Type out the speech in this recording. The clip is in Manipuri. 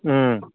ꯎꯝ